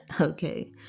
okay